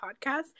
podcast